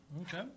Okay